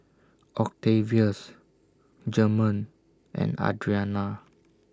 Octavius German and Adrianna